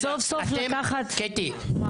קטי שאלה,